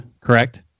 correct